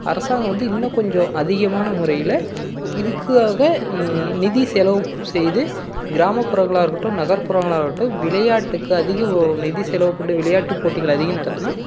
அரசாங்கம் வந்து இன்னும் கொஞ்சம் அதிகமான முறையில் இதுக்காக நிதி செலவு செய்து கிராமப்புறங்களாக இருக்கட்டும் நகர்ப்புறங்களாக இருக்கட்டும் விளையாட்டுக்கு அதிக நிதி செலவுக்கொண்டு விளையாட்டு போட்டிகள் அதிகம் நடத்தினா